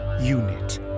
Unit